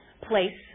place